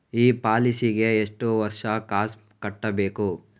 ಈ ಪಾಲಿಸಿಗೆ ಎಷ್ಟು ವರ್ಷ ಕಾಸ್ ಕಟ್ಟಬೇಕು?